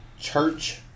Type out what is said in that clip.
Church